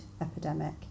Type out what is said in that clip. epidemic